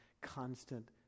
constant